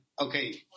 Okay